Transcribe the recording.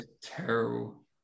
terrible